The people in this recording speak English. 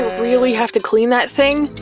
really have to clean that thing?